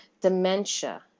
dementia